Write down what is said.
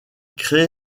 crée